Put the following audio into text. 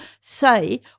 say